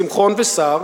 שמחון וסער,